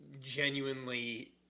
genuinely